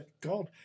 God